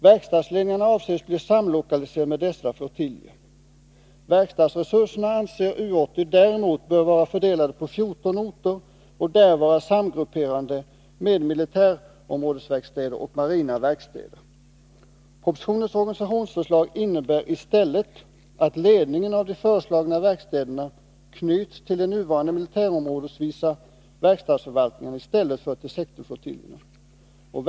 Verkstadsledningarna avses bli samlokaliserade med dessa flottiljer. Verkstadsresurserna anser U 80 däremot böra vara fördelade på 14 orter och där vara samgrupperade med militärområdesverkstäder och marina verkstäder. Propositionens organisationsförslag innebär i stället att ledningen av de föreslagna verkstäderna knyts till de nuvarande militärområdesvisa verkstadsförvaltningarna i stället för till sektorflottiljerna.